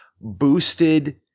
boosted